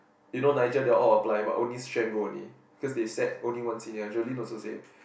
you know Niegal they all apply but only Xuan go only cause the said one senior only Jolin also say